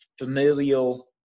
familial